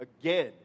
Again